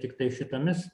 tiktai šitomis